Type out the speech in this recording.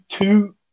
two